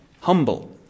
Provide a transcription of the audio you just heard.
humble